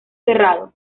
cerrado